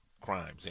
crimes